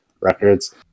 records